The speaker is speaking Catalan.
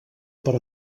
per